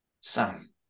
Sam